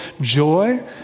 joy